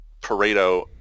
Pareto